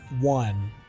one